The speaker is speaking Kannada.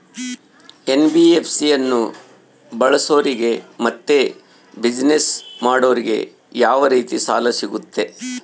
ಎನ್.ಬಿ.ಎಫ್.ಸಿ ಅನ್ನು ಬಳಸೋರಿಗೆ ಮತ್ತೆ ಬಿಸಿನೆಸ್ ಮಾಡೋರಿಗೆ ಯಾವ ರೇತಿ ಸಾಲ ಸಿಗುತ್ತೆ?